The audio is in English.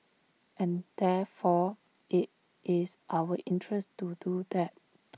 and therefore IT is our interest to do that